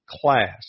class